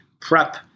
prep